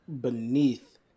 beneath